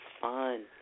fun